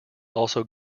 also